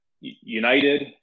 United